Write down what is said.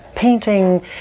painting